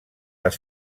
les